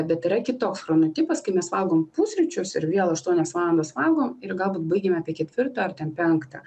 bet yra kitoks chronotipas kai mes valgom pusryčius ir vėl aštuonias valandas valgom ir galbūt baigiame apie ketvirtą ar ten penktą